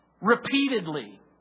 repeatedly